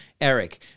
Eric